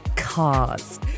cars